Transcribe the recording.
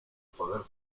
poder